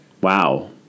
wow